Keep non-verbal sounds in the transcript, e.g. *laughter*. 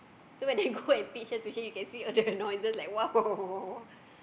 so when I go *laughs* and teach her tuition you can see all the noises like !wow! *laughs*